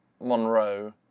Monroe